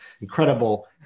incredible